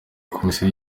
komisiyo